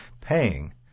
paying